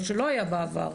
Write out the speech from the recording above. מה שלא היה בעבר.